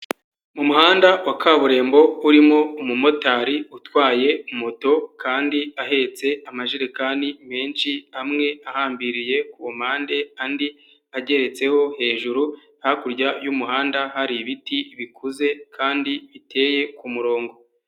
Mu muhanda wa kaburimbo urimo umumotari utwaye moto kandi ahetse amajerekani menshi, amwe ahambiriye ku mpande, andi ageretseho hejuru hakurya y'umuhanda hari ibiti bikuze kandi biteye ku murongo.